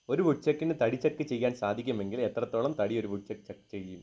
ഒരു വുഡ്ചക്കിന് തടി ചക്ക് ചെയ്യാൻ സാധിക്കുമെങ്കിൽ എത്രത്തോളം തടി ഒരു വുഡ്ചക്ക് ചക്ക് ചെയ്യും